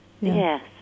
Yes